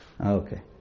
Okay